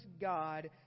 God